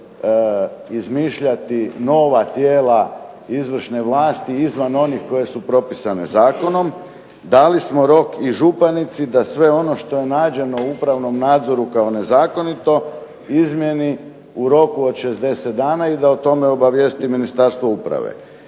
izmišljati nova tijela izvršne vlasti izvan onih koje su propisane zakonom. Dali smo rok i županici da sve ono što je nađeno u upravnom nadzoru kao nezakonito izmijeni u roku od 60 dana i da o tome obavijesti Ministarstvo uprave.